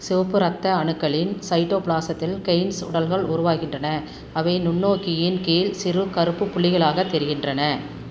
சிவப்பு ரத்த அணுக்களின் சைட்டோப்ளாசத்தில் கெய்ன்ஸ் உடல்கள் உருவாகின்றன அவை நுண்ணோக்கியின் கீழ் சிறு கருப்புப் புள்ளிகளாகத் தெரிகின்றன